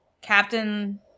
captain